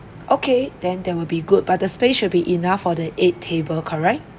okay then that will be good but the space should be enough for the eight table correct